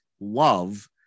love